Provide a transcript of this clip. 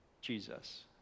Jesus